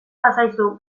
bazaizu